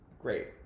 great